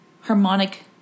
harmonic